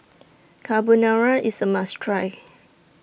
Carbonara IS A must Try